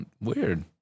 Weird